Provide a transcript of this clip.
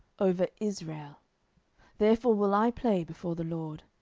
over israel therefore will i play before the lord.